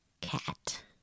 cat